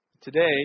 Today